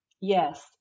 Yes